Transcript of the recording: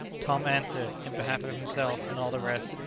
tom answered, in behalf of himself and all the rest,